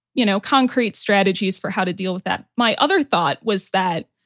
you know, concrete strategies for how to deal with that. my other thought was that